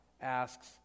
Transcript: asks